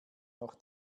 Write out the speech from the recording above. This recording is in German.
noch